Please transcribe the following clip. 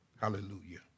Hallelujah